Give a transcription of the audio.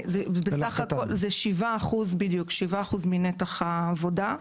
כ-7% מנתח העבודה.